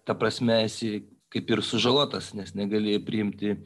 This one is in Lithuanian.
ta prasme esi kaip ir sužalotas nes negali priimti